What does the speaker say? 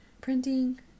printing